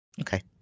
Okay